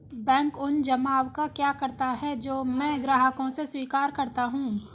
Bank उन जमाव का क्या करता है जो मैं ग्राहकों से स्वीकार करता हूँ?